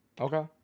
Okay